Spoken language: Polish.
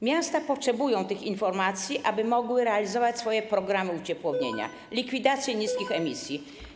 Miasta potrzebują tych informacji, aby móc realizować swoje programy uciepłownienia, likwidacji niskich emisji.